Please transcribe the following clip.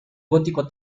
gótico